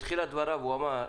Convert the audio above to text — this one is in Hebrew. בתחילת דבריו הוא אמר: